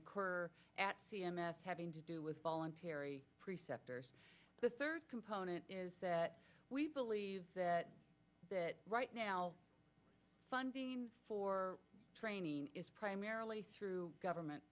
occur at c m s having to do with voluntary preceptors the third component is that we believe that that right now funding for training is primarily through government